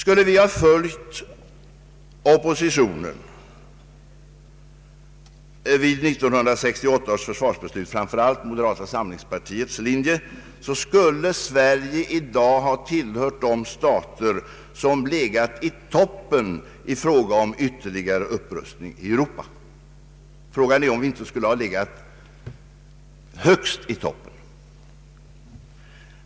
Om vi hade följt oppositionen vid 1968 års försvarsbeslut, och då framför allt moderata samlingspartiets linje, skulle Sverige i dag ha tillhört de stater som ligger i toppen i fråga om upprustning i Europa. Frågan är om vi inte skulle ha legat högst.